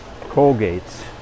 Colgate's